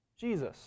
Jesus